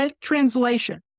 Translation